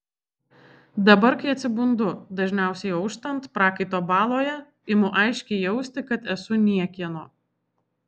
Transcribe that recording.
dabar kai atsibundu dažniausiai auštant prakaito baloje imu aiškiai jausti kad esu niekieno